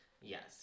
Yes